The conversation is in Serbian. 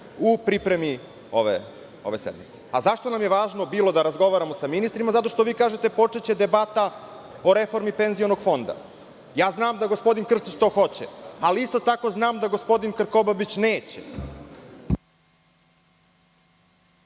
u pripremi ove sednice.Zašto nam je bilo važno da razgovaramo sa ministrima? Zato što kažete – počeće debata o reformi penzionog fonda. Znam da gospodin Krstić to hoće, ali isto tako znam da gospodin Krkobabić neće.